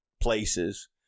places